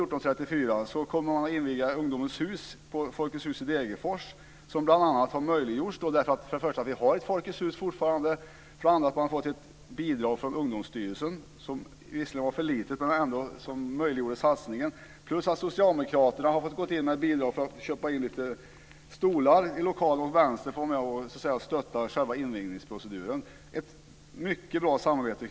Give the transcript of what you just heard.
14.34 - kommer att vara med om att inviga Ungdomens Hus på Folkets Hus i Degerfors, som bl.a. har möjliggjorts därför att det för det första fortfarande finns ett Folkets Hus, för det andra har givits ett bidrag från Ungdomsstyrelsen - som visserligen var för litet men som möjliggjorde satsningen - och för det tredje att socialdemokraterna har gått in med bidrag för att köpa stolar och att Vänstern stöttar själva invigningsproceduren. Det är ett mycket bra samarbete.